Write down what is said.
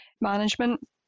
management